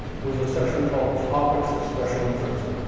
was a section called topics of special interest.